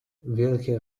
wielkie